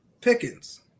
Pickens